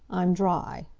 i'm dry.